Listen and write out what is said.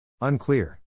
Unclear